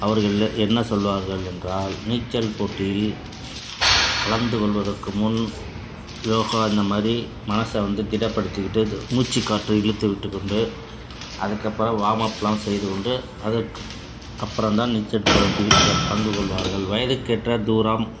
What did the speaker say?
அவர்கள் என்ன சொல்வார்கள் என்றால் நீச்சல் போட்டியில் கலந்துக் கொள்வதற்கு முன் யோகா இந்தமாதிரி மனசை வந்து திடப்படுத்திக்கிட்டு மூச்சுக் காற்று இழுத்து விட்டுக்கொண்டு அதற்கு அப்புறம் வார்மப்லாம் செய்து கொண்டு அதற்கு அப்புறம் தான் நீச்சல் போட்டியில் க பங்குக் கொள்வார்கள் வயதுக்கேற்ற தூரம்